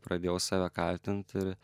pradėjau save kaltint ir